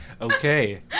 Okay